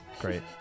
Great